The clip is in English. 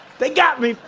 they got me,